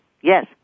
Yes